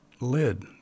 lid